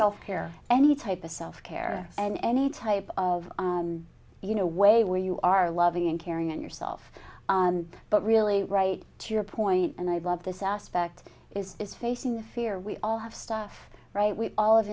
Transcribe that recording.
health care any type of self care and any type of you know way where you are loving and caring in yourself but really right to your point and i love this aspect is is facing the fear we all have stuff right we all